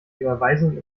überweisungen